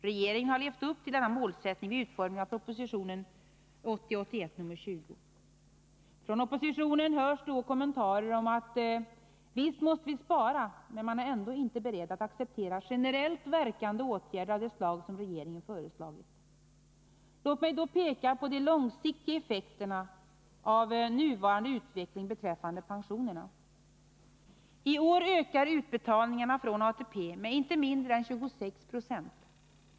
Regeringen har levt upp till denna målsättning vid utformningen av propositionen 1980/81:20. Från oppositionen säger man att visst måste vi spara, men man är inte beredd att acceptera generellt verkande åtgärder av det slag som regeringen föreslagit. Låt mig då peka på de långsiktiga effekterna av nuvarande utveckling beträffande pensionerna. I år ökar utbetalningarna från ATP med inte mindre än 26 76.